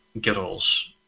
girls